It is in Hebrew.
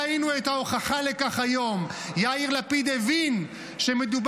ראינו את ההוכחה לכך היום: יאיר לפיד הבין שמדובר